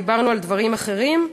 דיברנו על דברים אחרים.